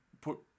put